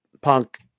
punk